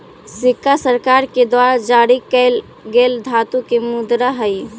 सिक्का सरकार के द्वारा जारी कैल गेल धातु के मुद्रा हई